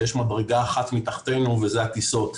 שיש מדרגה אחת מתחתינו וזה הטיסות.